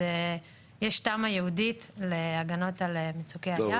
אז יש תמ"א ייעודית להגנות על מצוקי הים.